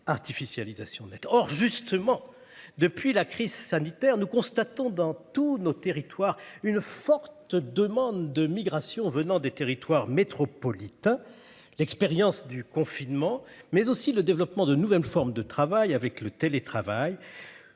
artificialisation nette. Or justement depuis la crise sanitaire nous constatons dans tous nos territoires une forte demande de migration venant des territoires métropolitains. L'expérience du confinement, mais aussi le développement de nouvelles formes de travail avec le télétravail